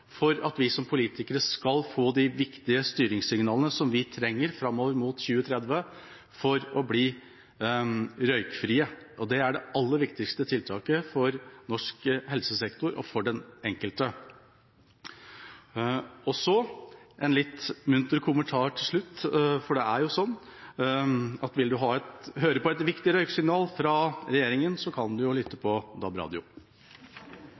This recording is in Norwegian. for at vi som politikere skal få de viktige styringssignalene som vi trenger framover mot 2030 for å bli røykfrie. Det er det aller viktigste tiltaket for norsk helsesektor og for den enkelte. Så en litt munter kommentar til slutt: Det er jo sånn at vil en høre på et viktig røyksignal fra regjeringa, kan en jo lytte